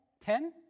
Ten